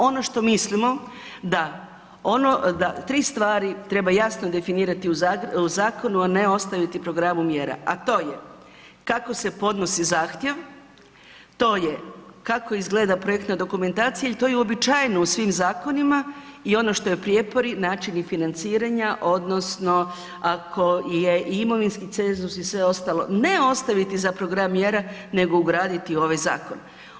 Ono što mislimo, da tri stvari treba jasno definirati u zakonu, a ne ostaviti programu mjera, a to je kako se podnosi zahtjev, to je kako izgleda projektna dokumentacija i to je uobičajeno u svim zakonima i ono što je prijepor načini financiranja odnosno ako je i imovinski cenzus i sve ostalo, ne ostaviti za program mjera nego ugraditi u ovaj zakon.